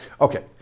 Okay